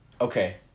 Okay